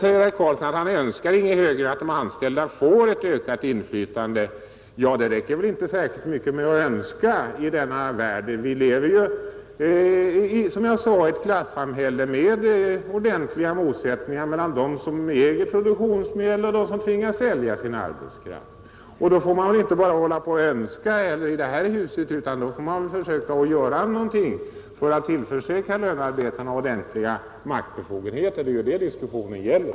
Herr Karlsson sade att han inte önskar någonting högre än att de anställda får ett ökat inflytande. Men det räcker inte med att önska i denna värld. Vi lever, som jag sade, i ett klassamhälle med ordentliga motsättningar mellan dem som äger produktionsmedlen och dem som tvingas sälja sin arbetskraft. Då får man väl inte heller i det här huset nöja sig med att önska, utan man får försöka göra någonting för att tillförsäkra lönearbetarna ordentliga maktbefogenheter. Det är ju det diskussionen gäller.